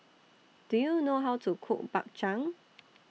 Do YOU know How to Cook Bak Chang